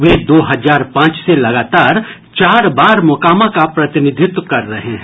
वे दो हजार पांच से लगातार चार बार मोकामा का प्रतिनिधित्व कर रहे हैं